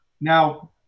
now